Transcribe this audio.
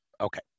Okay